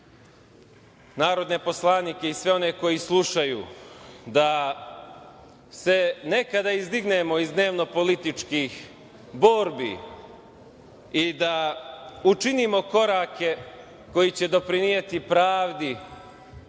narodne poslanike i sve one koji slušaju da se nekada izdignemo iz dnevnopolitičkih borbi i da učinimo korake koji će doprineti pravdi